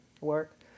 work